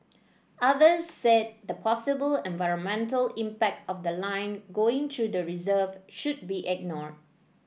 others said the possible environmental impact of the line going through the reserve should be ignored